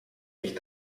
sich